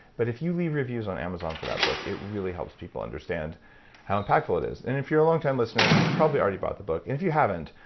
but if you leave reviews on amazon for that book it really helps people understand how impactful it is and if you're a long-time listener, you've probably already bought the book, and if you haven't,